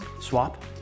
Swap